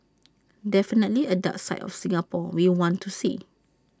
definitely A dark side of Singapore we want to see